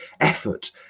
effort